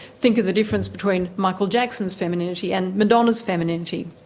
think of the difference between michael jackson's femininity and madonna's femininity.